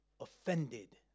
offended